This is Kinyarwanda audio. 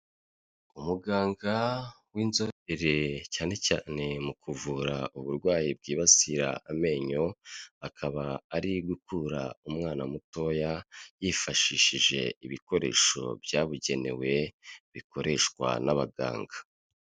Umuganga w'inzobere cyane cyane mu kuvura uburwayi bwibasira amenyo, akaba ari gukura umwana mutoya yifashishije ibikoresho byabugenewe bikoreshwa n'abaganga.